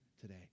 today